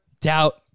doubt